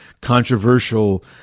controversial